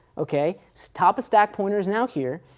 ok. so top of stack pointer's now here,